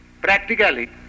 practically